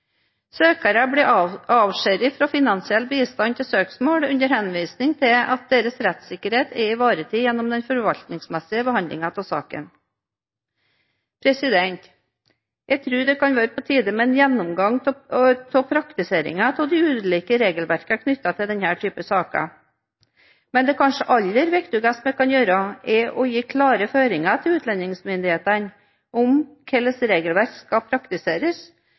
Søkere blir avskåret fra finansiell bistand til søksmål, under henvisning til at deres rettssikkerhet er ivaretatt gjennom den forvaltningsmessige behandlingen av saken. Jeg tror det kan være på tide med en gjennomgang av praktiseringen av de ulike regelverkene knyttet til denne typen saker. Men det kanskje aller viktigste vi kan gjøre, er å gi klare føringer til utlendingsmyndighetene om hvordan regelverk skal praktiseres,